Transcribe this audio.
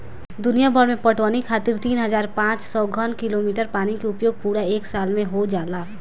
दुनियाभर में पटवनी खातिर तीन हज़ार पाँच सौ घन कीमी पानी के उपयोग पूरा एक साल में हो जाला